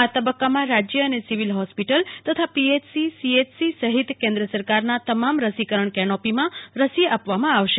આ તબક્કામાં રાજય અને સિવિલ ફોસ્પિટલ તથા પીએચસી સીએચસી સહિત કેન્દ્ર સરકારના તમામ રસીકરણ કેન્દ્રોમાં રસી આપવામાં આવશે